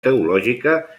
teològica